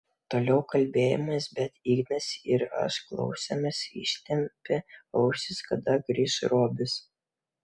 toliau kalbėjomės bet ignas ir aš klausėmės ištempę ausis kada grįš robis